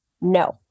No